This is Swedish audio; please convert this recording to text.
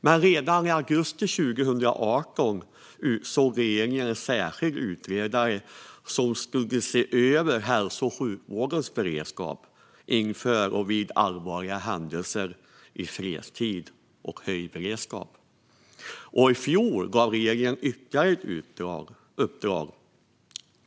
Men redan i augusti 2018 utsåg regeringen en särskild utredare som skulle se över hälso och sjukvårdens beredskap för allvarliga händelser i fredstid och vid höjd beredskap. I fjol gav regeringen ytterligare ett uppdrag.